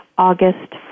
August